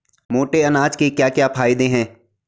मोटे अनाज के क्या क्या फायदे हैं?